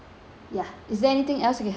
is there anything else I can help you with